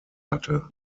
hatte